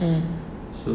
mm